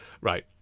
Right